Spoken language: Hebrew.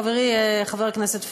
חברי חבר הכנסת פריג',